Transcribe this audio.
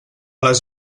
les